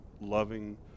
loving